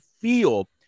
feel